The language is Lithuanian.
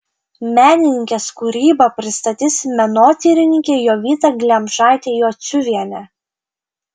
menininkės kūrybą pristatys menotyrininkė jovita glemžaitė jociuvienė